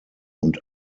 und